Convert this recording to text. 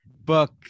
book